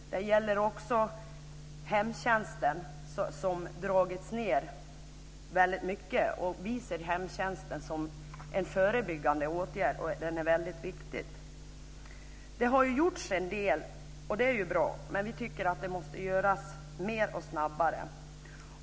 Det gäller också hemtjänsten, som dragits ned väldigt mycket. Vi ser hemtjänsten som en förebyggande åtgärd som är väldigt viktig. Det har gjorts en del, och det är bra, men vi tycker att det måste göras mer. Det måste också göras snabbare.